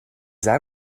that